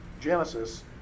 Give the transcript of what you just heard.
Genesis